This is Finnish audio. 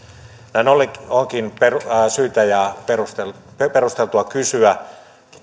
näin ollen onkin syytä ja perusteltua kysyä